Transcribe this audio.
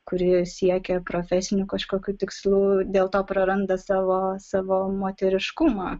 kuri siekia profesinių kažkokių tikslų dėl to praranda savo savo moteriškumą